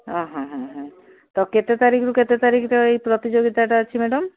ଅ ହଁ ହଁ ହଁ ତ କେତେ ତାରିଖରୁ କେତେ ତାରିଖରେ ଏଇ ପ୍ରତିଯୋଗିତାଟା ଅଛି ମ୍ୟାଡମ୍